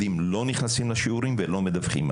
מאיר, להתמקד בנושא הדיון ולא להתפשט.